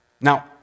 Now